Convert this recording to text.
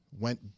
went